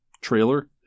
trailer